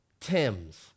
Tim's